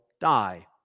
die